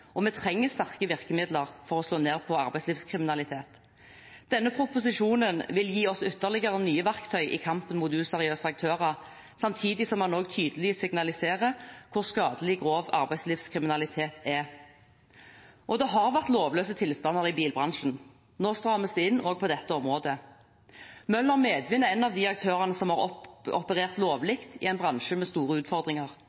og vi trenger sterke virkemidler for å slå ned på arbeidslivskriminalitet. Denne proposisjonen vil gi oss ytterligere nye verktøy i kampen mot useriøse aktører, samtidig som man også tydelig signaliserer hvor skadelig grov arbeidslivskriminalitet er. Det har vært lovløse tilstander i bilbransjen. Nå strammes det inn også på dette området. Møller Medvind er en av aktørene som har operert